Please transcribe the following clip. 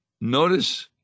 notice